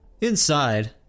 Inside